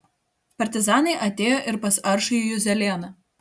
partizanai atėjo ir pas aršųjį juzelėną